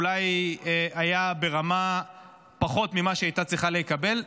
אולי היה ברמה פחותה ממה שהיא הייתה צריכה לקבל,